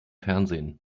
fernsehen